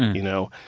you know?